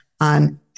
on